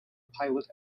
pilot